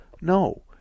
No